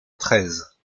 treize